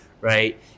right